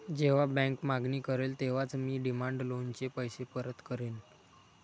जेव्हा बँक मागणी करेल तेव्हाच मी डिमांड लोनचे पैसे परत करेन